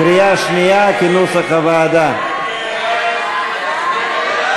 סעיפים 48 58, כהצעת הוועדה, נתקבלו.